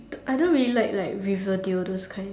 I don't really like like Riverdale those kind